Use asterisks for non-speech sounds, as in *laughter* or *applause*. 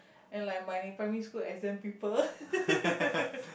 and like my primary school exam paper *laughs*